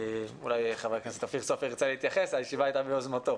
אולי חבר הכנסת אופיר סופר ירצה להתייחס כי הישיבה הייתה ביוזמתו.